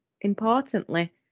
importantly